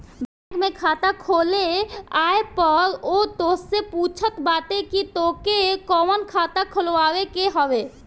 bank में खाता खोले आए पअ उ तोहसे पूछत बाटे की तोहके कवन खाता खोलवावे के हवे